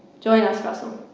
join us russell.